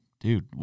dude